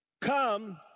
Come